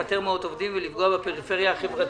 לפטר מאות עובדים ולפגוע בפריפריה החברתית.